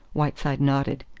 whiteside nodded.